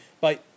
bye